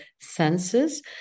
senses